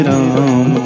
Ram